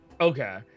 Okay